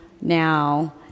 now